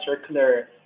Circular